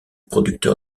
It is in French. producteur